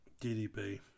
ddp